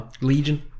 Legion